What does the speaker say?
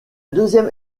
deuxième